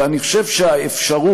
ואני חושב שהאפשרות